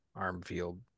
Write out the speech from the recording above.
armfield